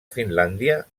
finlàndia